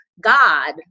God